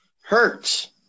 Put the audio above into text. Hurts